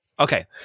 Okay